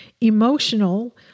emotional